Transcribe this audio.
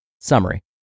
Summary